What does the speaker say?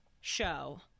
show